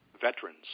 veterans